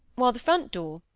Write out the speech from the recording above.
while the front door,